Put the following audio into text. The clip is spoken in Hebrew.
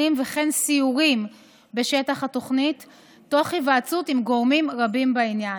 וכן סיורים בשטח התוכנית תוך היוועצות עם גורמים רבים בעניין.